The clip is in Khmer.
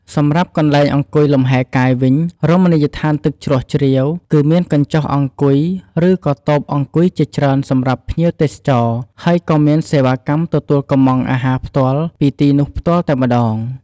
សម្រាប់កន្លែងអង្គុយលំហែរកាយវិញ រមណីយដ្ឋានទឹកជ្រោះជ្រាវ គឺមានកញ្ចុះអង្គុយ រឺក៏តូបអង្គុយជាច្រើនសម្រាប់ភ្ញៀវទេសចរ ហើយក៏មានសេវាកម្មទទួលកម្មង់អាហារផ្ទាល់ពីទីនោះផ្ទាល់តែម្តង។